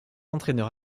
entraîneur